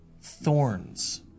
thorns